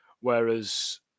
Whereas